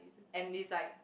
and is like